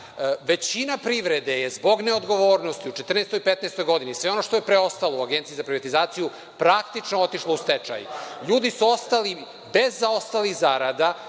većina privrede je zbog neodgovornosti u 2014. i 2015. godini, sve ono što je preostalo u Agenciji za privatizaciju, praktično otišlo u stečaj. Ljudi su ostali bez zaostalih zarada,